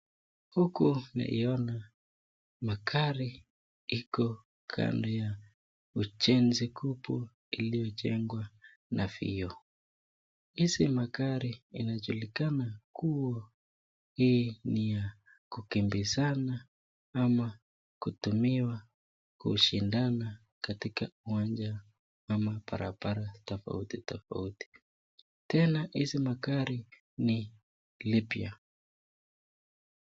Huku naiona magari iko kando ya ujenzi kubwa iliyojengwa na vioo. Hizi magari inajulikana kuwa hii ni ya kukimbizana ama kutumiwa kushindana katika uwanja ama barabara tofauti tofauti tena hizi magari ni mpya.